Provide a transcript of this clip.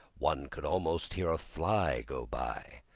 one could almost hear a fly go by.